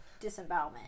Disembowelment